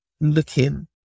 looking